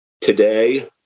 today